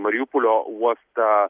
mariupolio uostą